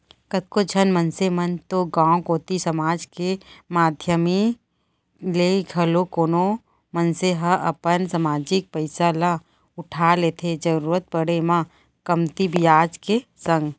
कतको झन मनसे मन तो गांव कोती समाज के माधियम ले घलौ कोनो मनसे ह अपन समाजिक पइसा ल उठा लेथे जरुरत पड़े म कमती बियाज के संग